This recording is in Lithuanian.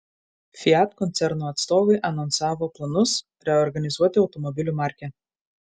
fiat koncerno atstovai anonsavo planus reorganizuoti automobilių markę